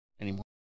anymore